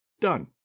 done